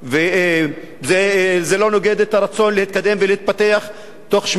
וזה לא נוגד את הרצון להתקדם ולהתפתח תוך שמירה